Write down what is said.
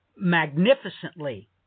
magnificently